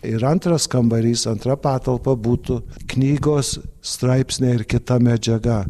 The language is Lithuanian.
ir antras kambarys antra patalpa būtų knygos straipsniai ir kita medžiaga